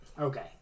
Okay